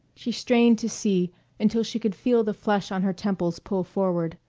she strained to see until she could feel the flesh on her temples pull forward.